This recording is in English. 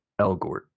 Elgort